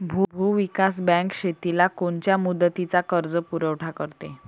भूविकास बँक शेतीला कोनच्या मुदतीचा कर्जपुरवठा करते?